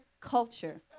culture